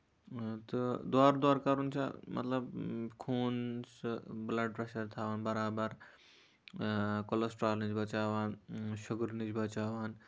تہٕ دورٕ دورٕ کران چھُ مطلب خوٗن سُہ بٕلَڈ پریشَر تھاوان برابر کولوسٹرول نِش بَچاوان شُگر نِش بَچاوان